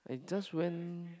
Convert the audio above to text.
I just went